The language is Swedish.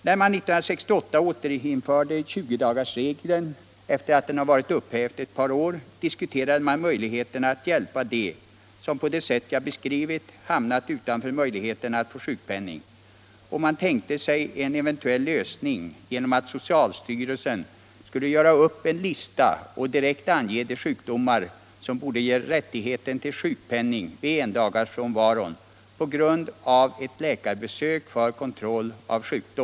När man 1968 återinförde 20-dagarsregeln efter det att den hade varit upphävd ett par år diskuterade man möjligheterna att hjälpa dem som på det sätt jag beskrivit hamnat utanför möjligheterna att få sjukpenning, och man tänkte sig en lösning som innebar att socialstyrelsen på en lista direkt skulle ange de sjukdomar som skulle berättiga till sjukdom vid endagsfrånvaro på grund av läkarbesök för kontroll.